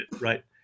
right